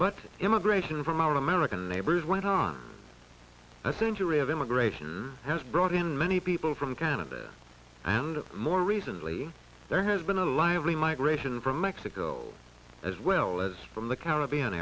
but immigration from our american labors went on a century of immigration has brought in many people from kind of the and more recently there has been a lively migration from mexico as well as from the caribbean